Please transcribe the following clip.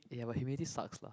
eh but humidity sucks lah